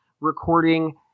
recording